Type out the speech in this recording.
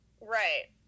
Right